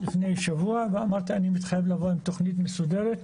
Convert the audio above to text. לפני שבוע ואמרתי שאני מתחייב לבוא עם תכנית מסודרת.